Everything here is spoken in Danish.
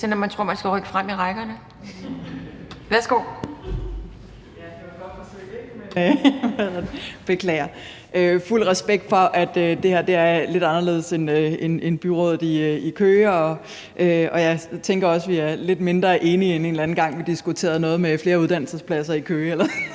sådan, når man tror, at man skal rykke frem i rækkerne. Værsgo. Kl. 11:19 Eva Flyvholm (EL): Beklager. Fuld respekt for, at det her er lidt anderledes end byrådet i Køge, og jeg tænker også, at vi er lidt mindre enige end en eller anden gang, vi diskuterede noget med flere uddannelsespladser i Køge.